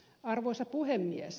arvoisa puhemies